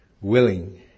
willing